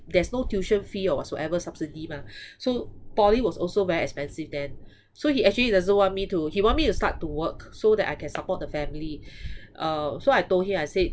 there's no tuition fee or whatsoever subsidy mah so poly was also very expensive then so he actually doesn't want me to he want me to start to work so that I can support the family uh so I told him I said